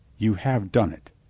you have done it,